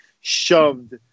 shoved